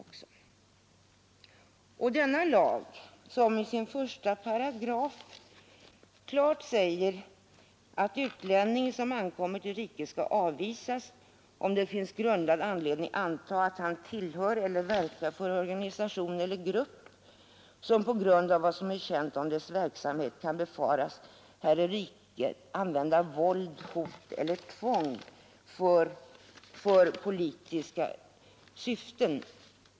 Den lag som avses säger i sin första paragraf klart och tydligt att utlänning som ankommer till riket skall avvisas, om det finns grundad anledning antaga, att han tillhör eller verkar för organisation eller grupp som på grund av vad som är känt om dess verksamhet kan befaras här i riket använda våld, hot eller tvång för politiska syften.